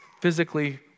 physically